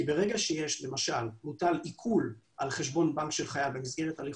ללא קשר רק לעמותות שמטפלות בחיילים בודדים,